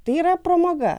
tai yra pramoga